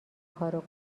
کارو